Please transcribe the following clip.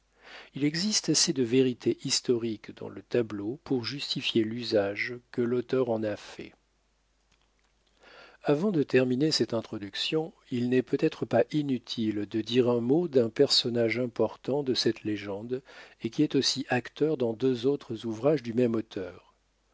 il existe assez de vérité historique dans le tableau pour justifier l'usage que l'auteur en a fait avant de terminer cette introduction il n'est peut-être pas inutile de dire un mot d'un personnage important de cette légende et qui est aussi acteur dans deux autres ouvrages du même auteur